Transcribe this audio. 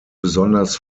besonders